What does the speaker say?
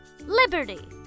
Liberty